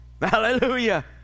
Hallelujah